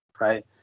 right